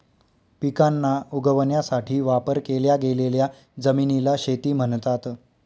पिकांना उगवण्यासाठी वापर केल्या गेलेल्या जमिनीला शेती म्हणतात